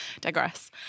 digress